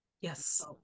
Yes